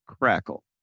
Crackle